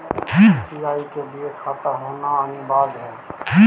UPI के लिए खाता होना अनिवार्य है?